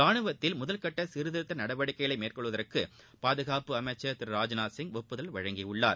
ரானுவத்தில் முதல்கட்ட சீர்த்திருத்த நடவடிக்கைகளை மேற்கொள்வதற்கு பாதுகாப்பு அமைச்சர் திரு ராஜ்நாத் சிங் ஒப்புதல் அளித்துள்ளார்